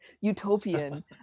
utopian